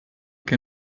che